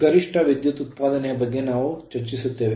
ಗರಿಷ್ಠ ವಿದ್ಯುತ್ ಉತ್ಪಾದನೆಯ ಬಗ್ಗೆ ನಾವು ಚರ್ಚಿಸುತ್ತೇವೆ